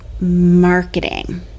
marketing